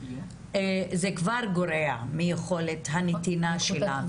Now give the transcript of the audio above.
זה כבר גורע מיכולת הנתינה שלה,